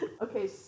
Okay